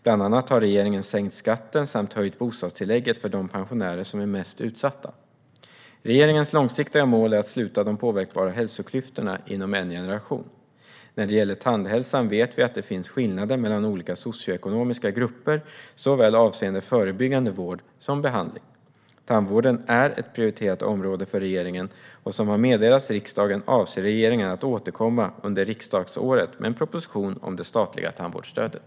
Bland annat har regeringen sänkt skatten samt höjt bostadstillägget för de pensionärer som är mest utsatta. Regeringens långsiktiga mål är att sluta de påverkbara hälsoklyftorna inom en generation. När det gäller tandhälsan vet vi att det finns skillnader mellan olika socioekonomiska grupper, avseende såväl förebyggande vård som behandling. Tandvården är ett prioriterat område för regeringen, och som har meddelats riksdagen avser regeringen att återkomma under riksdagsåret med en proposition om det statliga tandvårdsstödet.